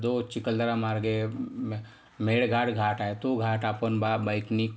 जो चिखलदरा मार्गे म मेळघाट घाट आहे तो घाट आपण बा बाईकनी